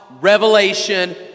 revelation